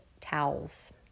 towels